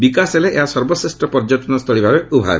ବିକାଶ ହେଲେ ଏହା ସର୍ବଶ୍ରେଷ୍ଠ ପର୍ଯ୍ୟଟନ ସ୍ଥଳୀ ଭାବେ ଉଭା ହେବ